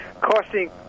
costing